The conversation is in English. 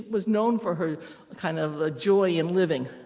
was known for her kind of ah joy in living.